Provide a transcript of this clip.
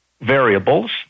variables